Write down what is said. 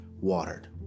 watered